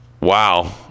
wow